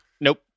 Nope